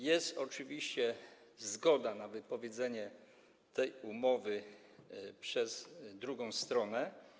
Jest oczywiście zgoda na wypowiedzenie tej umowy przez drugą stronę.